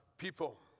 People